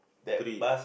three